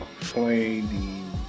playing